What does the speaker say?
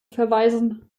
verweisen